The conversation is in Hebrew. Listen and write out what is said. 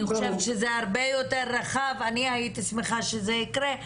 אני הייתי שמחה שזה יקרה,